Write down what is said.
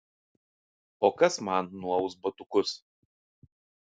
o kas man nuaus batukus